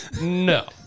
no